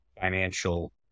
financial